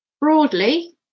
Broadly